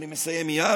אני מסיים מייד.